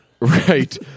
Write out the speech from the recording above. Right